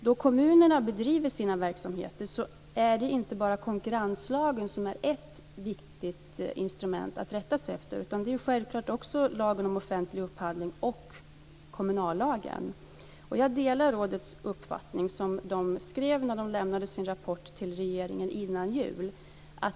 Då kommunerna bedriver sin verksamhet är det inte bara konkurrenslagen som är ett viktigt instrument att rätta sig efter utan självfallet också lagen om offentlig upphandling och kommunallagen. Jag delar den uppfattning som rådet skrev när man lämnade sin rapport till regeringen innan jul.